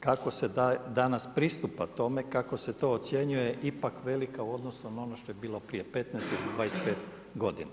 kako se danas pristupa tome, kako se to ocjenjuje je ipak velika u odnosu na ono što je bilo prije 15 ili 25 godina.